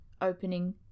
opening